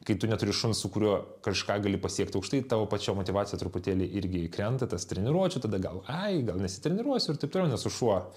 kai tu neturi šuns su kuriuo kažką gali pasiekt aukštai tavo pačio motyvacija truputėlį irgi krenta tas treniruočių tada gal ai gal nesitreniruosiu ir taip toliau nes šuo